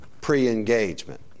pre-engagement